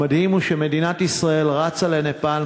המדהים הוא שמדינת ישראל רצה לנפאל,